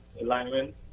alignment